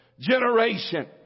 generation